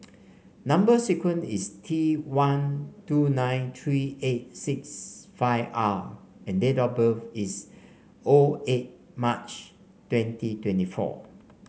number sequence is T one two nine three eight six five R and date of birth is O eight March twenty twenty four